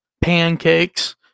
pancakes